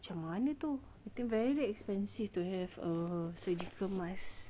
macam mana tu very expensive to have a surgical mask